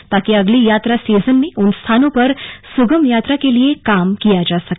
ताकि अगली यात्रा सीजन में उन स्थानों पर सुगम यातायात के लिए काम किया जा सके